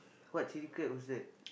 what chilli crab is that